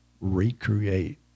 recreate